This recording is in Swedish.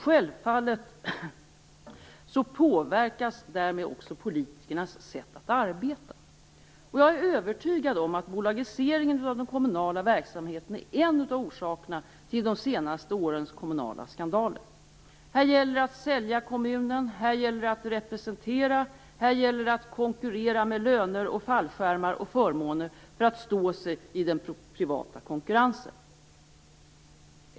Självfallet påverkas därmed också politikernas sätt att arbeta. Jag är övertygad om att bolagiseringen av de kommunala verksamheterna är en av orsakerna till de senaste årens kommunala skandaler: Här gäller det att sälja kommunen, här gäller det att representera, här gäller det att konkurrera med löner, fallskärmar och förmåner för att stå sig i den privata konkurrensen.